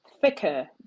thicker